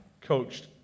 coached